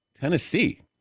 Tennessee